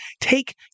take